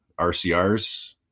rcrs